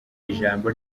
ijambo